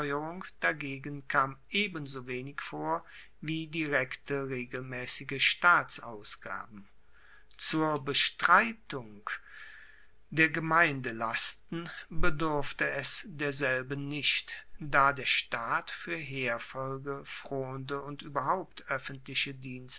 dagegen kam ebensowenig vor wie direkte regelmaessige staatsausgaben zur bestreitung der gemeindelasten bedurfte es derselben nicht da der staat fuer heerfolge fronde und ueberhaupt oeffentliche